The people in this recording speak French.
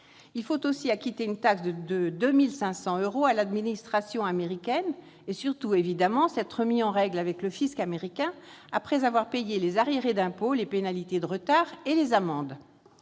Il faut aussi acquitter une taxe de 2 500 euros auprès de l'administration américaine et surtout, évidemment, s'être mis en règle avec le fisc américain, après avoir payé les arriérés d'impôts, les pénalités de retard et les amendes